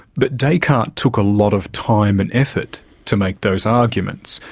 but descartes took a lot of time and effort to make those arguments,